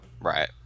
Right